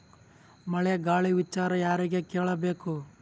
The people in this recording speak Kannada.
ಮಳೆ ಗಾಳಿ ವಿಚಾರ ಯಾರಿಗೆ ಕೇಳ್ ಬೇಕು?